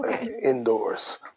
indoors